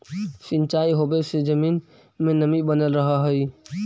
सिंचाई होवे से जमीन में नमी बनल रहऽ हइ